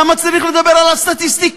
למה צריך לדבר על הסטטיסטיקאים?